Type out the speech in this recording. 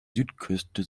südküste